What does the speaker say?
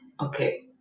Okay